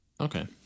Okay